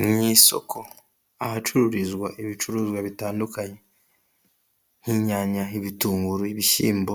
Mu isoko ahacururizwa ibicuruzwa bitandukanye; nk'inyanya, ibitunguru, ibishyimbo